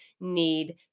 need